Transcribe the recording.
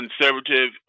conservative